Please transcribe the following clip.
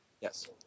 Yes